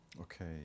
Okay